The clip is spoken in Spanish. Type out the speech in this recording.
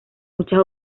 muchas